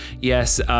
Yes